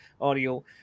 audio